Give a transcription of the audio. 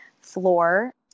floor